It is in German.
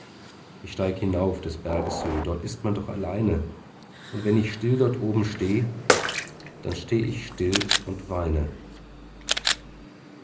ich steig hinauf des berges höh dort ist man doch alleine und wenn ich still dort oben steh dann steh ich still und weine